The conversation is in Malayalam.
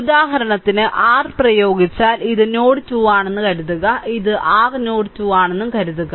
ഉദാഹരണത്തിന് r പ്രയോഗിച്ചാൽ ഇത് നോഡ് 2 ആണെന്ന് കരുതുക ഇത് r നോഡ് 2 ആണെന്ന് കരുതുക